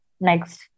next